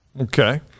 Okay